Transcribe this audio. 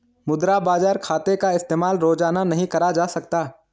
मुद्रा बाजार खाते का इस्तेमाल रोज़ाना नहीं करा जा सकता